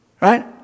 right